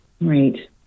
Right